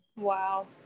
Wow